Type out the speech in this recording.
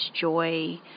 joy